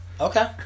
okay